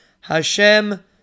Hashem